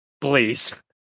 Please